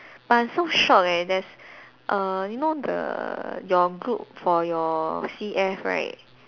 but I so shocked eh there's err you know the your group for your C_F right